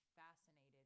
fascinated